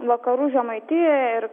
vakarų žemaitijoje ir